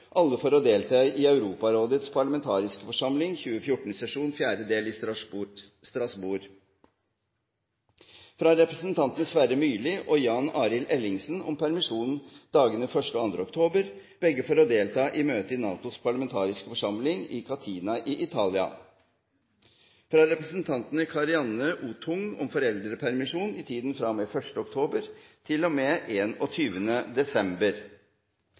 alle for å delta i Europarådets parlamentariske forsamlings 2014-sesjon, 4. del, i Strasbourg – fra representantene Sverre Myrli og Jan Arild Ellingsen om permisjon i dagene 1. og 2. oktober, begge for å delta i møte i NATOs parlamentariske forsamling i Catania i Italia – fra representanten Karianne O. Tung om foreldrepermisjon i tiden fra og med 1. oktober til og med 21. desember